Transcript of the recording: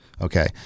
Okay